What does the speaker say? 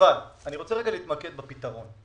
אבל אני רוצה רגע להתמקד בפתרון.